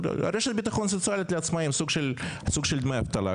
רשת ביטחון סוציאלית לעצמאים; סוג של דמי אבטלה.